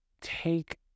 take